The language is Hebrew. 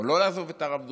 או לא לעזוב, את הרב דרוקמן,